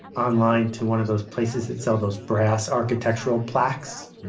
online to one of those places that sell those brass architectural plaques,